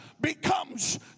becomes